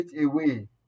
away